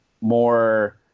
more